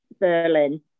Berlin